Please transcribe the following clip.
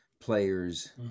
players